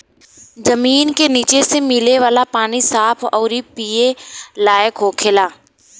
जमीन के निचे से मिले वाला पानी साफ अउरी पिए लायक होखेला